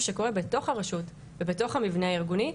שקורה בתוך הרשות ובתוך המבנה הארגוני,